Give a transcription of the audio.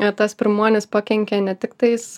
ir tas pirmuonys pakenkia ne tiktais